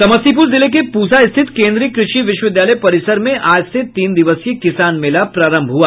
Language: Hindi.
समस्तीपुर जिले के पुसा स्थित केंद्रीय कृषि विश्वविद्यालय परिसर में आज से तीन दिवसीय किसान मेला प्रारंभ हुआ